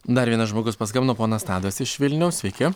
dar vienas žmogus paskambino ponas tadas iš vilniaus sveiki